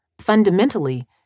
Fundamentally